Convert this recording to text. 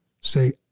say